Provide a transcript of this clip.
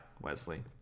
Wesley